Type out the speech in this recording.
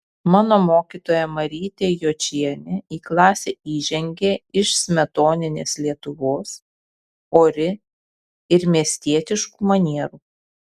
mano mokytoja marytė jočienė į klasę įžengė iš smetoninės lietuvos ori ir miestietiškų manierų